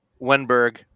Wenberg